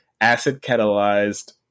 Acid-catalyzed